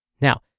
Now